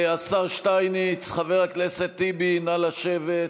השר שטייניץ, חבר הכנסת טיבי, נא לשבת.